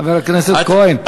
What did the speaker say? חבר הכנסת כהן,